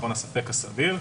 עיקרון הספק הסביר,